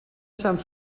sant